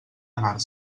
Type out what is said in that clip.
anar